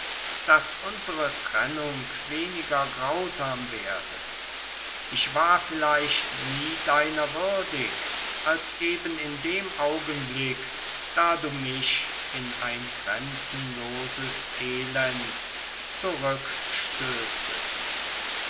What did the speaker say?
daß unsere trennung weniger grausam werde ich war vielleicht nie deiner würdig als eben in dem augenblick da du mich in ein grenzenloses elend zurückstößest